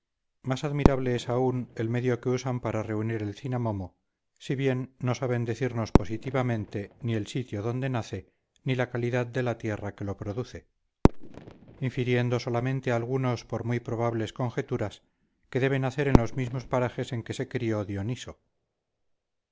más admirable es aun el medio que usan para reunir el cinamomo si bien no saben decirnos positivamente ni el sitio donde nace ni la calidad de la tierra que lo produce infiriendo solamente algunos por muy probables conjeturas que debe nacer en los mismos parajes en que se crió dioniso